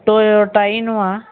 Toyota Innova